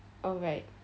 oh right